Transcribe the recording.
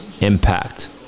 impact